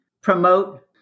promote